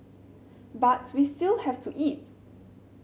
but we still have to eat